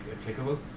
applicable